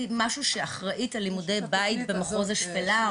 מישהי שאחרית על לימודי בית במחוז השפלה,